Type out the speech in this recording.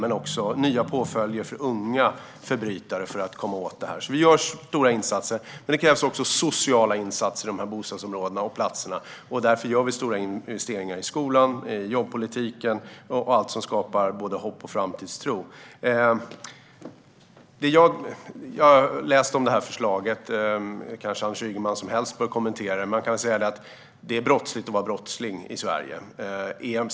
Vi har också nya påföljder för unga förbrytare för att komma åt det här. Vi gör alltså stora insatser, men det krävs också sociala insatser i de här bostadsområdena och på de här platserna. Därför gör vi stora investeringar i skolan och jobbpolitiken och allt som skapar både hopp och framtidstro. Jag läste om det här förslaget, och det är kanske Anders Ygeman som helst bör kommentera det, men man kan säga att det är brottsligt att vara brottsling i Sverige.